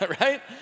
right